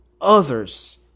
others